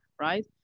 right